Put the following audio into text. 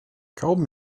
kaum